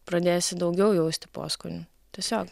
pradėsi daugiau jausti poskonių tiesiog